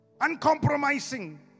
uncompromising